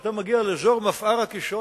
כשאתה מגיע לאזור מפער הקישון,